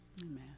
Amen